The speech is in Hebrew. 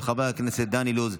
של חבר הכנסת דן אילוז,